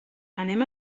anem